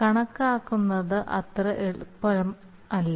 കണക്കാക്കുന്നത് അത്ര ലളിതമല്ല